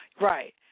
Right